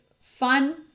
fun